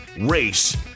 race